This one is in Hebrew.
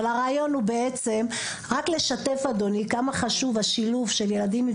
הרעיון הוא רק לשתף כמה חשוב השילוב של ילדים עם